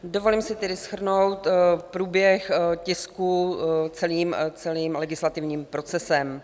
Dovolím si tedy shrnout průběh tisku celým legislativním procesem.